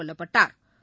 கொல்லப்பட்டா்